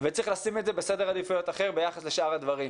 וצריך לשים את זה בסדר עדיפויות אחר ביחס לשאר הדברים.